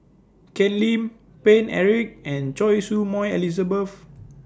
Ken Lim Paine Eric and Choy Su Moi Elizabeth